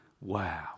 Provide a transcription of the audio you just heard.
Wow